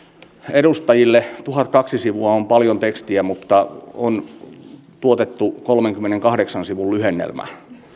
edustajille tuhatkaksi sivua on paljon tekstiä mutta on tuotettu kolmenkymmenenkahdeksan sivun lyhennelmä